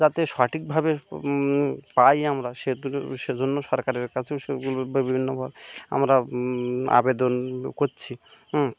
যাতে সঠিকভাবে পাই আমরা সেগুলো সেজন্য সরকারের কাছেও সেগুলো বিভিন্নবার আমরা আবেদন করছি হুম